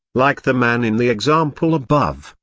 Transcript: like the man in the example above,